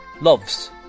loves